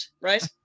right